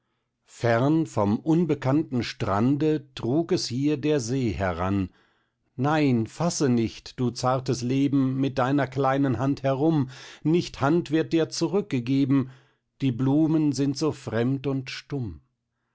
fern vom unbekannten strande trug es hier der see heran nein fasse nicht du zartes leben mit deiner kleinen hand herum nicht hand wird dir zurückgegeben die blumen sind so fremd und stumm